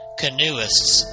canoeists